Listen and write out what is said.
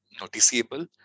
noticeable